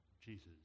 Jesus